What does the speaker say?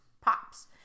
Pops